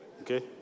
Okay